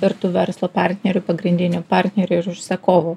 ir tų verslo partnerių pagrindinių partnerių ir užsakovų